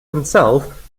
himself